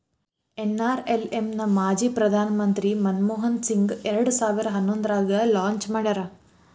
NRLM ನ ಮಾಜಿ ಪ್ರಧಾನ್ ಮಂತ್ರಿ ಮನಮೋಹನ್ ಸಿಂಗ್ ಎರಡ್ ಸಾವಿರ ಹನ್ನೊಂದ್ರಾಗ ಲಾಂಚ್ ಮಾಡ್ಯಾರ